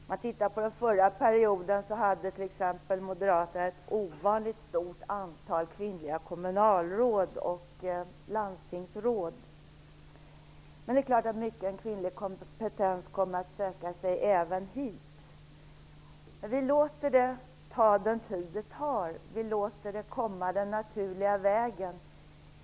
Om vi tittar på den förra perioden finner vi att moderaterna t.ex. hade ett ovanligt stort antal kvinnliga kommunalråd och landstingsråd. Men det är klart att mycken kvinnlig kompetens även kommer att söka sig hit. Vi låter det ta den tid det tar. Vi låter det komma den naturliga vägen.